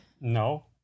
No